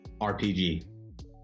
RPG